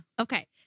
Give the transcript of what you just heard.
Okay